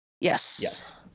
Yes